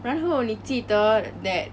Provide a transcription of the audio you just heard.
然后你记得 that